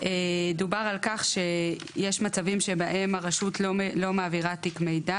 דובר על כך שיש מצבים שבהם הרשות לא מעבירה תיק מידע